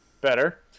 better